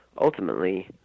Ultimately